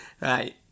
right